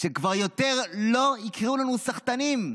וכבר יותר לא יקראו לנו סחטנים,